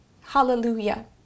Hallelujah